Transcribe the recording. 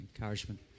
encouragement